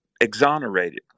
exonerated